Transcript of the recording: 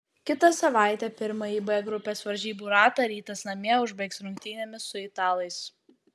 kitą savaitę pirmąjį b grupės varžybų ratą rytas namie užbaigs rungtynėmis su italais